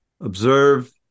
observe